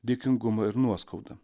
dėkingumą ir nuoskaudą